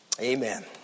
Amen